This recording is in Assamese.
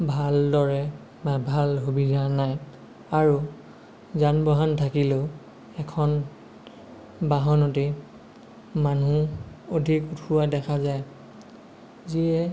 ভালদৰে বা ভাল সুবিধা নাই আৰু যান বাহন থাকিলেও এখন বাহনতে মানুহ অধিক উঠোৱা দেখা যায় যিয়ে